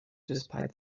despite